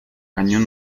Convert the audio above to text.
cañón